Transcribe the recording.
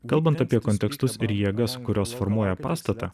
kalbant apie kontekstus ir jėgas kurios formuoja pastatą